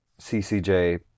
CCJ